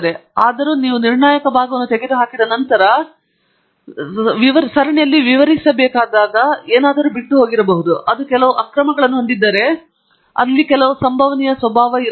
ಆದಾಗ್ಯೂ ನೀವು ನಿರ್ಣಾಯಕ ಭಾಗವನ್ನು ತೆಗೆದುಹಾಕಿದ ನಂತರ ವಿವರಿಸಬೇಕಾದ ಸರಣಿಯಲ್ಲಿ ಯಾವುದಾದರೂ ಬಿಟ್ಟರೆ ನೀವು ಕೇಳಬೇಕು ಮತ್ತು ಅದು ಕೆಲವು ಅಕ್ರಮಗಳನ್ನು ಹೊಂದಿದ್ದರೆ ಅದಕ್ಕೆ ಕೆಲವು ಸಂಭವನೀಯ ಸ್ವಭಾವವಿದೆ